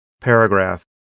paragraph